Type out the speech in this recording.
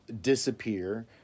disappear